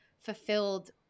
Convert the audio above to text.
fulfilled